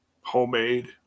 homemade